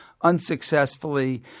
unsuccessfully